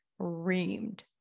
reamed